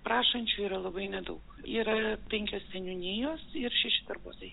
prašančių yra labai nedaug yra penkios seniūnijos ir šeši darbuotojai